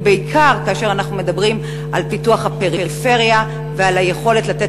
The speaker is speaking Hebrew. בעיקר כאשר אנחנו מדברים על פיתוח הפריפריה ועל היכולת לתת